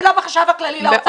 ולא בחשב הכללי באוצר.